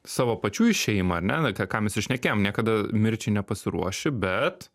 savo pačių į šeimą ar ne na apie ką mes ir šnekėjom niekada mirčiai nepasiruoši bet